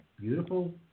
beautiful